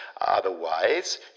otherwise